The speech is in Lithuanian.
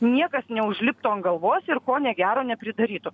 niekas neužliptų ant galvos ir ko negero nepridarytų